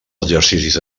exercicis